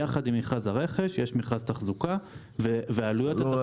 יחד עם מכרז הרכש יש מכרז תחזוקה והעלויות --- לא,